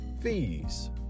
fees